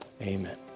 Amen